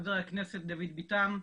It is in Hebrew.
חבר הכנסת דוד ביטון,